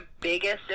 biggest